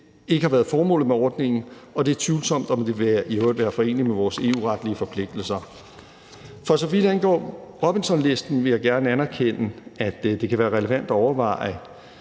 ikke har været formålet med ordningen, og det er tvivlsomt, om det i øvrigt vil være foreneligt med vores EU-retlige forpligtelser. For så vidt angår Robinsonlisten, vil jeg gerne anerkende, at det kan være relevant at overveje,